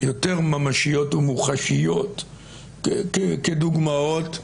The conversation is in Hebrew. יותר ממשיות ומוחשיות כדוגמאות.